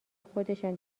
خودشان